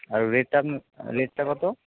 আর রেটটা আপনার রেটটা কত